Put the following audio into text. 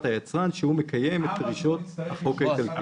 היצרן שהוא מקיים את דרישות החוק האיטלקי.